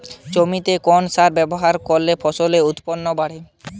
জমিতে কোন সার ব্যবহার করলে ফসলের উৎপাদন বাড়ে?